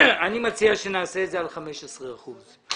אני מציע שנעשה את זה על 15 אחוזים.